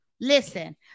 Listen